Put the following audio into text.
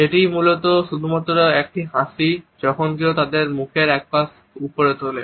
এটি মূলত শুধুমাত্র একটি হাসি যখন কেউ তাদের মুখের একপাশ উপরে তোলে